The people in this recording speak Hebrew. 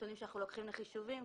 נתונים שאנחנו לוקחים לחישובים.